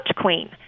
queen